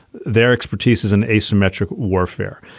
their expertise is an asymmetric warfare.